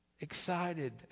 excited